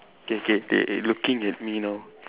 K K K they looking at me now